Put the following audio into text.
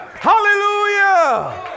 Hallelujah